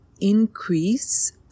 increase